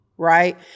Right